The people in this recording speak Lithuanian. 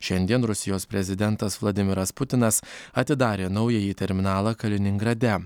šiandien rusijos prezidentas vladimiras putinas atidarė naująjį terminalą kaliningrade